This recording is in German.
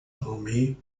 armee